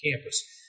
campus